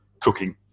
cooking